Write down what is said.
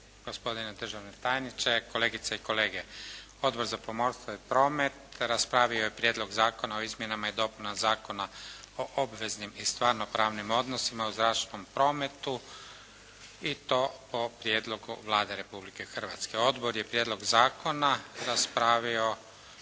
gospodine državni tajniče, kolegice i kolege. Odbor za pomorstvo i promet raspravio je Prijedlog zakona o izmjenama i dopunama Zakona o obveznim i stvarnopravnim odnosima u zračnom prometu i to po prijedlogu Vlade Republike Hrvatske. Odbor je prijedlog zakona raspravio